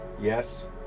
Yes